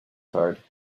card